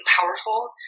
powerful